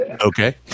okay